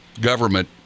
government